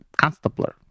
constabler